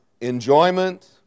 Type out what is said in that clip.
enjoyment